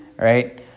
right